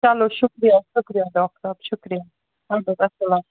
چلو شُکریہ شُکریہ ڈاکٹر صٲب شُکریہ اَدٕ حظ اَسلام علیکُم